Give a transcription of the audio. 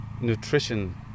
nutrition